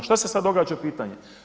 Šta se sada događa pitanje?